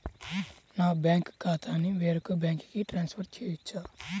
నా బ్యాంక్ ఖాతాని వేరొక బ్యాంక్కి ట్రాన్స్ఫర్ చేయొచ్చా?